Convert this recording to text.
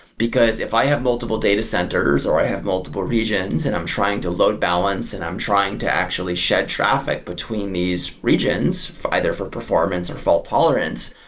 because if i have multiple data centers or i have multiple regions and i'm trying to load-balance and i'm trying to actually shed traffic between these regions either for performance or fault tolerance,